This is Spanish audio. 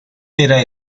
era